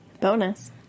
Bonus